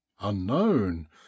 unknown